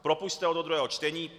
Propusťte ho do druhého čtení.